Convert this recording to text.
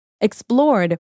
explored